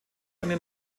eine